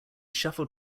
shuffled